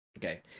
Okay